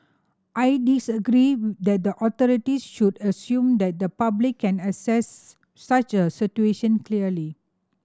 I disagree that the authorities should assume that the public can assess such a situation clearly